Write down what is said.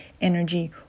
energy